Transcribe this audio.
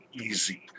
easy